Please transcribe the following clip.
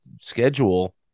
schedule